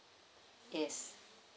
yes